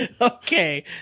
Okay